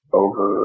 over